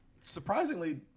surprisingly